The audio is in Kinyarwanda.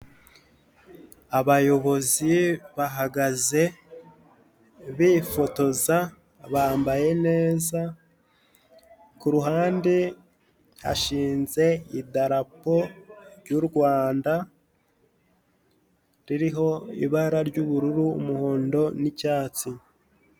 Abayobozi bahagaze bifotoza bambaye neza, ku ruhande hashinze idarapo ry'u Rwanda, ririho ibara ry'ubururu, umuhondo n'icyatsi.